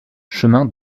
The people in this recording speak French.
chemin